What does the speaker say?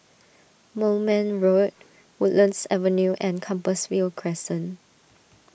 Moulmein Road Woodlands Avenue and Compassvale Crescent